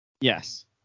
Yes